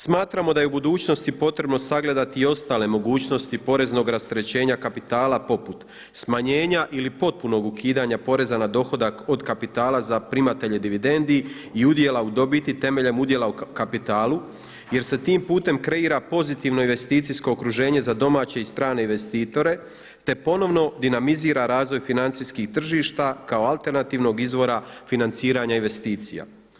Smatramo da je u budućnosti potrebno sagledati i ostale mogućnosti poreznog rasterećenja kapitala poput smanjenja ili potpunog ukidanja poreza na dohodak od kapitala za primatelje dividendi i udjela u dobiti temeljem udjela u kapitalu jer se tim putem kreira pozitivno investicijsko okruženje za domaće i strane investitore, te ponovno dinamizira razvoj financijskih tržišta kao alternativnog izvora financiranja investicija.